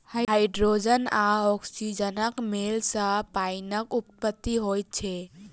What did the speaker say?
hydrogen आ औक्सीजनक मेल सॅ पाइनक उत्पत्ति होइत छै